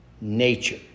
nature